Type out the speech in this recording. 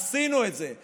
עשינו את זה.